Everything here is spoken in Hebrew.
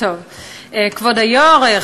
כבוד היושב-ראש,